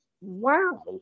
Wow